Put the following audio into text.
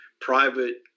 private